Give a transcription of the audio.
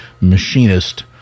machinist